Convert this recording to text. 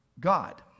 God